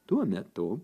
tuo metu